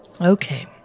Okay